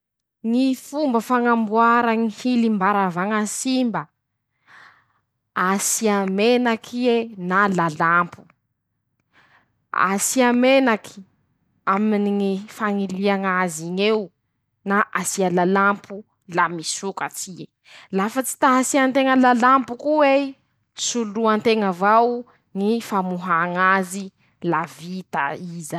Ñy fomba fañamboara ñy hilim-baravaña simba: -Asia menak'ie na lalampo, asia menaky aminy ñy fañilia ñaz'iñ'eo na asia lalampo la misokats'ie; lafa tsy ta hasia nteña lalampo koa'ei, soloa nteña vao ñy famoha ñazy la vita ii zay.